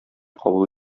кабул